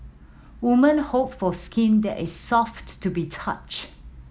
woman hope for skin that is soft to the touch